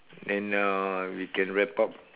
then uh we can wrap up